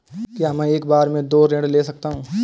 क्या मैं एक बार में दो ऋण ले सकता हूँ?